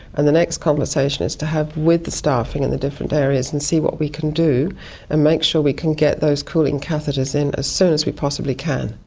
and the next conversation is to have with the staff in and the different areas and see what we can do and make sure we can get those cooling catheters in as soon as we possibly can.